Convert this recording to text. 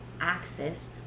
access